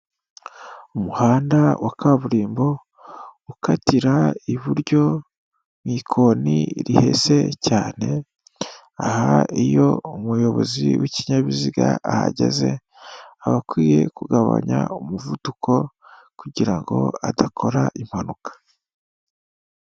Umuhanda wa kaburimbo ukatira iburyo, mw'ikoni rihese cyane, aha iyo umuyobozi w'ikinyabiziga ahageze, aba akwiye kugabanya umuvuduko kugira ngo adakora impanuka.